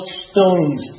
stones